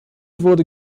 wurde